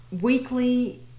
weekly